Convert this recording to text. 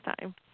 Time